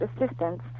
assistance